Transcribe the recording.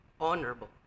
honorable